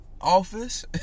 office